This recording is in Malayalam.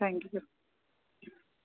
താങ്ക്യൂ